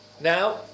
now